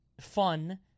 fun